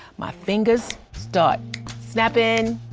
my fingers start snappin',